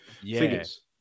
figures